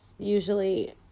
Usually